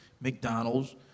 McDonald's